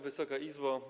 Wysoka Izbo!